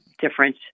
different